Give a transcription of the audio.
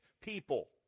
people